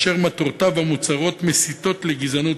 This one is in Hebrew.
אשר מטרותיו המוצהרות מסיתות לגזענות